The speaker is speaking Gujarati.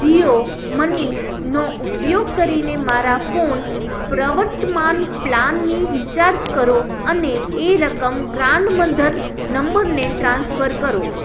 જીઓ મનીનો ઉપયોગ કરીને મારા ફોન પ્રવર્તમાન પ્લાનની રીચાર્જ કરો અને એ રકમ ગ્રાન્ડમધર નંબરને ટ્રાન્સફર કરો